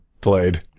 played